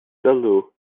sylw